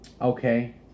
okay